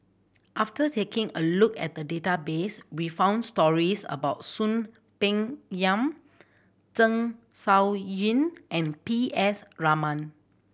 after taking a look at the database we found stories about Soon Peng Yam Zeng Shouyin and P S Raman